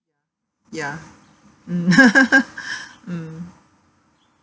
ya mm mm